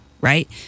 right